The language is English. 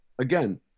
Again